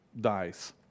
dies